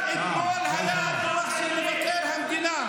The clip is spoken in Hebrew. רק אתמול היה הדוח של מבקר המדינה.